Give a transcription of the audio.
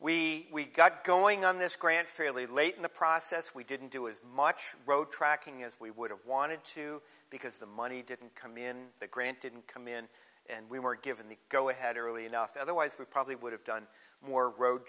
ok we got going on this grant fairly late in the process we didn't do as much road tracking as we would have wanted to because the money didn't come in the grant didn't come in and we were given the go ahead early enough otherwise we probably would have done more road